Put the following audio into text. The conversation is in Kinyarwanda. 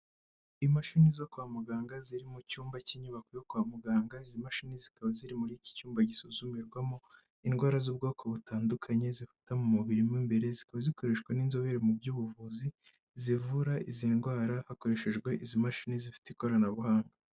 Imashini zo kwa muganga ziri mu cyumba cy'inyubako yo kwa muganga, izi mashini zikaba ziri muri iki cyumba gisuzumirwamo indwara z'ubwoko butandukanye, zifata mu mubiri mo imbere zikaba zikoreshwa n'inzobere mu by'ubuvuzi, zivura izi ndwara hakoreshejwe izi mashini zifite ikoranabuhanga.